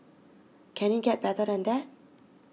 can it get better than that